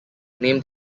named